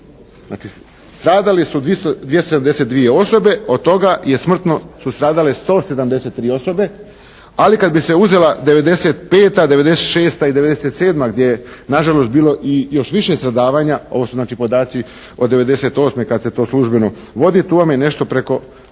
Znači stradale su 272 osobe, od toga je smrtno su stradale 173 osobe, ali kad bi se uzela '95., '96. i '97. gdje je na žalost bilo i još više stradavanja, ovo su znači podaci od '98. kad se to službeno vodi, tu vam je nešto preko